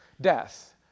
death